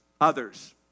others